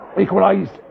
equalised